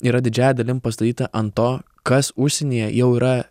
yra didžiąja dalim pastatyta ant to kas užsienyje jau yra